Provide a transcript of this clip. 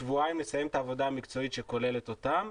שבועיים נסיים את העבודה המקצועית שכוללת אותם.